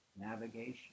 navigation